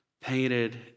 painted